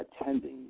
attending